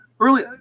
Early